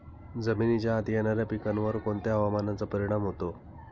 जमिनीच्या आत येणाऱ्या पिकांवर कोणत्या हवामानाचा परिणाम होतो?